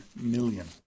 million